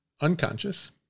unconscious